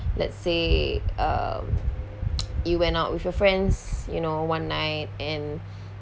let's say uh you went out with your friends you know one night and